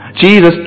Jesus